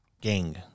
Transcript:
gang